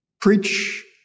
Preach